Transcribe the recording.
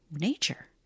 nature